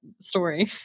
story